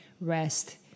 rest